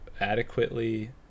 adequately